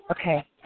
Okay